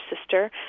sister